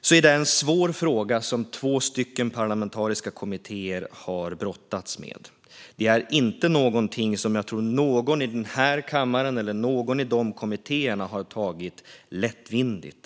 Detta är en svår fråga som två parlamentariska kommittéer har brottats med. Det är ingenting som jag tror att någon i den här kammaren eller någon i de kommittéerna har tagit lättvindigt.